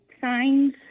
signs